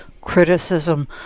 criticism